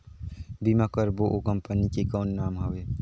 बीमा करबो ओ कंपनी के कौन नाम हवे?